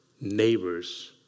neighbor's